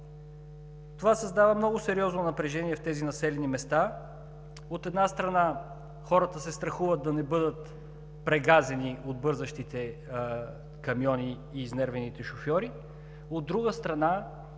Това създава много сериозно напрежение в тези населени места. От една страна, хората се страхуват да не бъдат прегазени от бързащите камиони и изнервените шофьори, от друга страна,